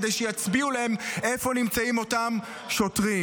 כדי שיצביעו להם איפה נמצאים אותם שוטרים.